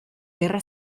guerra